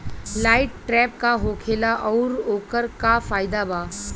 Light trap का होखेला आउर ओकर का फाइदा बा?